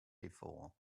before